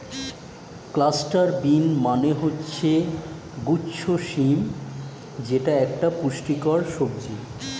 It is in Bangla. ক্লাস্টার বিন মানে হচ্ছে গুচ্ছ শিম যেটা একটা পুষ্টিকর সবজি